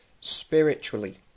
spiritually